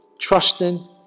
trusting